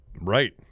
Right